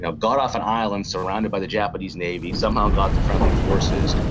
ah got off an island surrounded by the japanese navy, somehow got to friendly forces. and